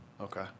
Okay